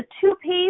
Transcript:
two-piece